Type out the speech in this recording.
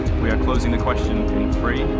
closing the question in three,